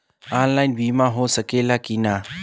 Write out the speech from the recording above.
Online बीमा हो सकेला की ना?